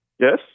Yes